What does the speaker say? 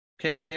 Okay